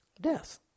Death